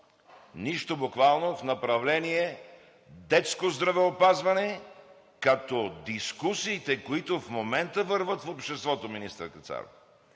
нищо, буквално нищо в направлението детско здравеопазване, като дискусиите, които в момента вървят в обществото, министър Кацаров,